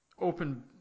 open